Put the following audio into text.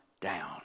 down